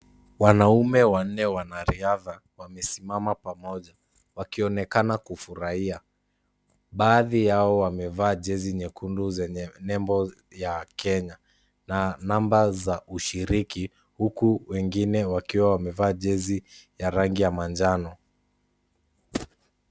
Wanaume wanne wanariadha wamesimama pamoja wakionekana kufurahia. Baadhi yao wamevaa jezi nyekundu zenye nembo ya Kenya na namba za ushiriki huku wengine wakiwa wamevaa jezi ya rangi ya manjano.